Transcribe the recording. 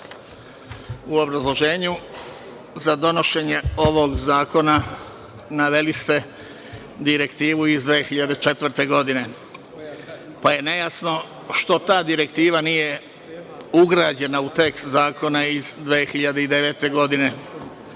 U obrazloženju za donošenje ovog zakona naveli ste direktivu iz 2004. godine, pa je nejasno što da direktiva nije ugrađena u tekst zakona iz 2009. godine,